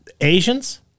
Asians